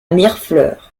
mirefleurs